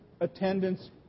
attendance